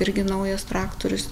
irgi naujas traktorius